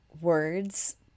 words